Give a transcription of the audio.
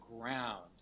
ground